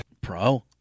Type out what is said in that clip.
Pro